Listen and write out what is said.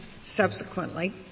subsequently